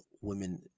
women